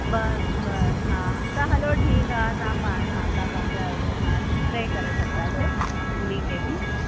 बस बस असां त हलो ठीकु आहे तव्हां पां हा हा तव्हां पंहिंजा आयो त असां टे करे सघंदासीं उन्हीअ खे बि